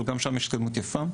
אבל גם שם יש השתלמות יפה.